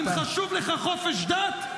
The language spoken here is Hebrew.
אם חשוב לך חופש דת,